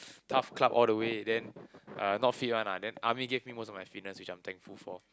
TAF club all the way then uh not fit one ah then army give him also my fitness which I'm thankful for